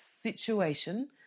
situation